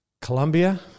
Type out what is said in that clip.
Colombia